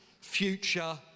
future